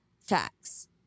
facts